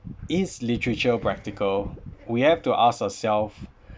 is literature practical we have to ask ourself